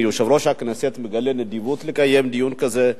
יושב-ראש הכנסת מגלה נדיבות ומקיים דיון כזה,